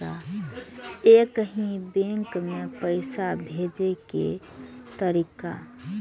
एक ही बैंक मे पैसा भेजे के तरीका?